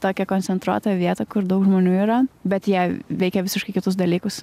tokią koncentruotą vietą kur daug žmonių yra bet jie veikia visiškai kitus dalykus